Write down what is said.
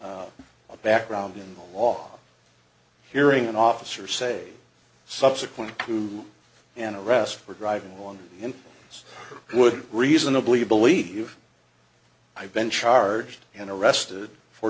a background in the law hearing an officer say subsequent to an arrest for driving one in who would reasonably believe i've been charged and arrested for